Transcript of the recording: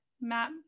Matt